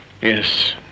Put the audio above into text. Yes